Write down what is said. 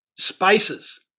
spices